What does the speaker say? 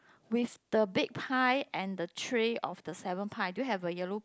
with the big pie and the tray of the seven pie do you have a yellow